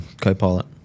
Copilot